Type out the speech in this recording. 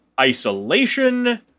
isolation